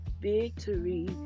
victory